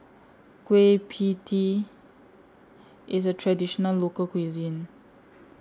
Kueh PIE Tee IS A Traditional Local Cuisine